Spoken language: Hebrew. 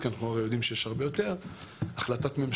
יש 15 רשויות כאלה אופציונאליות בחברה היהודית.